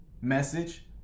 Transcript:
message